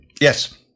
Yes